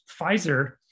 Pfizer